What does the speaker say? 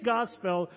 Gospel